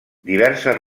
diverses